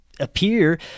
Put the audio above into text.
appear